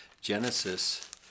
Genesis